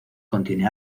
contiene